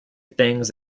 things